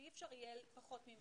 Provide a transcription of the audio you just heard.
שאי אפשר יהיה פחות ממנה.